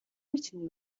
میتونی